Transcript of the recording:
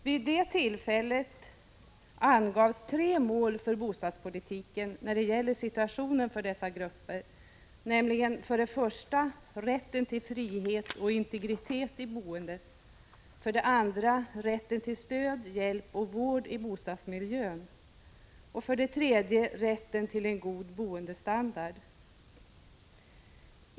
Vid det tillfället angavs tre mål för bostadspolitiken när det gäller situationen för dessa grupper, nämligen för det första rätten till frihet och integritet i boendet, för det andra rätten till stöd, hjälp och vård i bostadsmiljön, för det tredje rätten till en god boendestandard.